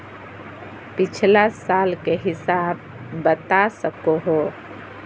पिछला साल के हिसाब बता सको हो?